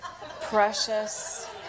precious